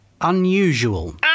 unusual